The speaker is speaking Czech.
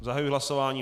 Zahajuji hlasování.